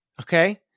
okay